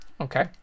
Okay